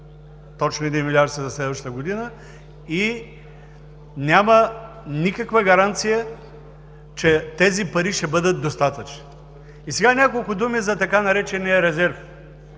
един милиард за следващата година и няма никаква гаранция, че тези пари ще бъдат достатъчни. Няколко думи и за така наречения „резерв“.